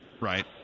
Right